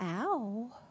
ow